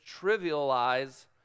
trivialize